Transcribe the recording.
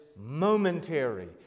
momentary